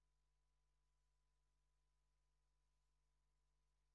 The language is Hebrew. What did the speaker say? ללמידה באקדמיה ועוד.